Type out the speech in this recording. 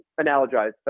analogize